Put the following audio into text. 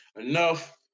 enough